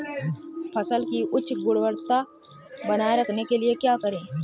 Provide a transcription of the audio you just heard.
फसल की उच्च गुणवत्ता बनाए रखने के लिए क्या करें?